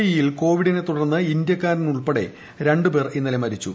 E യിൽ കോവിഡിനെ തുടർന്ന് ഇന്ത്യാക്കാരുൾപ്പെടെ രണ്ട് പേർ ഇന്നലെ മരിച്ചു